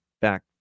back